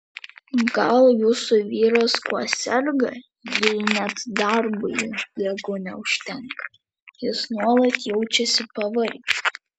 gal jūsų vyras kuo serga jei net darbui jėgų neužtenka jis nuolat jaučiasi pavargęs